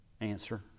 answer